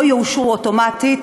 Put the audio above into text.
לא יאושרו אוטומטית,